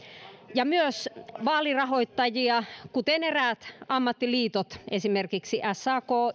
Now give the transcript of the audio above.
ja myös vaalirahoittajia kuten eräät ammattiliitot esimerkiksi sak